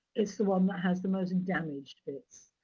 it's the one that has the most damaged bits.